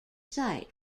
site